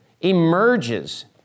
emerges